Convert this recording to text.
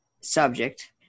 subject